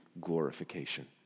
glorification